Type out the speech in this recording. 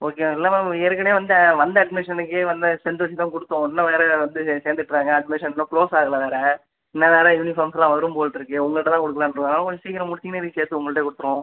okay ma'am இல்லை ma'am ஏற்கனவே வந்த வந்த அட்மிஷனுக்கு வந்த ஸ்டென்த்தை வச்சு தான் கொடுத்தோம் இன்னும் வேறு வந்து சேர்ந்துட்ருக்காங்க அட்மிஷன் இன்னும் க்ளோஸ் ஆகலை வேறு இன்னும் வேறு யூனிஃபாம்ஸ்லாம் வரும் போலிருக்கு உங்ககிட்ட தான் கொடுக்கலான்னு இருக்கோம் அதனால் கொஞ்சம் சீக்கிரம் முடிச்சுங்கன்னா இதையும் சேர்த்து உங்ககிட்டே கொடுத்துருவோம்